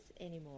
anymore